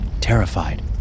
terrified